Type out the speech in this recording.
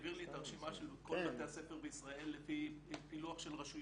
העביר לי את הרשימה של כל בתי הספר בישראל לפי פילוח של רשויות.